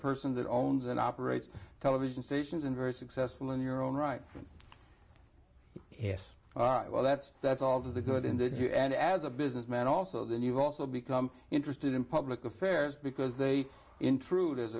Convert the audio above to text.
person that owns and operates television stations and very successful in your own right yes well that's that's all to the good indeed you as a businessman also then you've also become interested in public affairs because they intrude